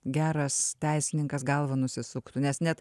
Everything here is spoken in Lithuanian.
geras teisininkas galvą nusisuktų nes net